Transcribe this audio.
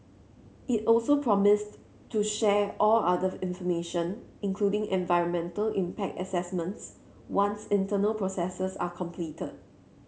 it also promised to share all other information including environmental impact assessments once internal processes are completed